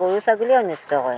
গৰু ছাগলীয়েও অনিষ্ট কৰে